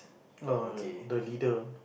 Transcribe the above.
no no no the leader